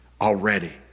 already